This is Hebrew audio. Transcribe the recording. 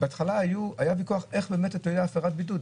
בהתחלה היה ויכוח איך תהיה הפרת בידוד.